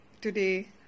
today